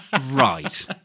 right